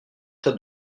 tas